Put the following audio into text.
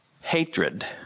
hatred